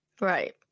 right